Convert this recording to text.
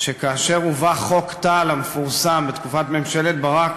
שכאשר הובא חוק טל המפורסם בתקופת ממשלת ברק